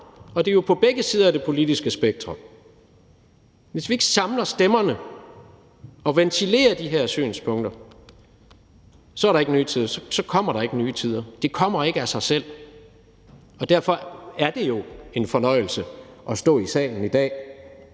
og det er jo på begge sider af det politiske spektrum – og ventilerer de her synspunkter, så kommer der ikke nye tider. De kommer ikke af sig selv, og derfor er det jo en fornøjelse at stå i salen i dag